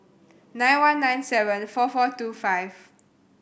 nine one nine seven four four two five